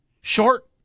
Short